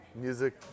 music